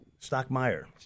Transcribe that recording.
Stockmeyer